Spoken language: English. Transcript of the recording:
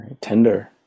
tender